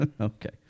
Okay